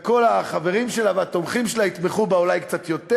וכל החברים שלה והתומכים שלה יתמכו בה אולי קצת יותר.